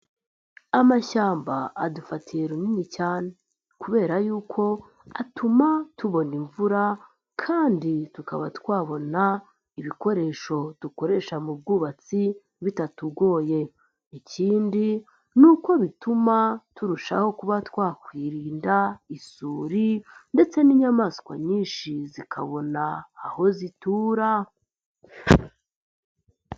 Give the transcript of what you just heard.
Amashyamba adufatiye runini cyane kubera yuko atuma tubona imvura kandi tukaba twabona ibikoresho dukoresha mu bwubatsi bitatugoye, ikindi ni uko bituma turushaho kuba twakwirinda isuri ndetse n'inyamaswa nyinshi, zikabona aho zitura.